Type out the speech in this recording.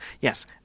yes